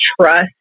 trust